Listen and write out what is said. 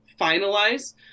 finalize